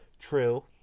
True